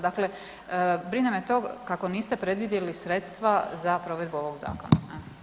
Dakle, brine me to kako niste predvidjeli sredstva za provedbu ovog zakona.